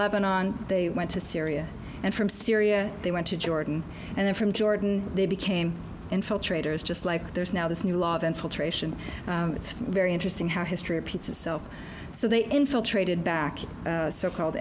lebanon they went to syria and from syria they went to jordan and then from jordan they became infiltrators just like there's now this new law that filtration it's very interesting how history repeats itself so they infiltrated back so called